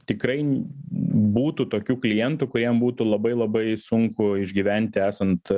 tikrai būtų tokių klientų kuriem būtų labai labai sunku išgyventi esant